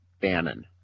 Bannon